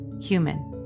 human